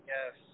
Yes